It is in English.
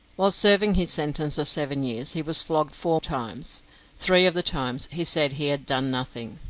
while serving his sentence of seven years he was flogged four times three of the times he said he had done nothing,